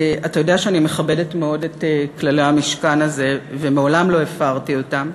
אתה יודע שאני מכבדת מאוד את כללי המשכן הזה ומעולם לא הפרתי אותם,